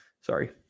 Sorry